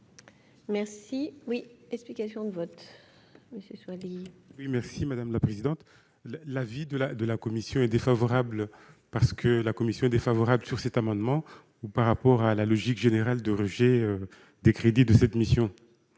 Merci oui, explications de vote, mais c'est sur. Oui merci madame la présidente, la vie de la de la commission est défavorable parce que la commission est défavorable sur cet amendement ou par rapport à la logique générale de rejet des crédits de cette mission,